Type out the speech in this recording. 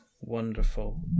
wonderful